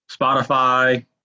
Spotify